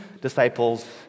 disciples